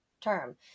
term